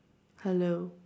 hello